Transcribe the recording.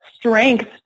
strength